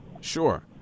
Sure